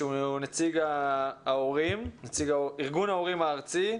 נציג ארגון ההורים הארצי,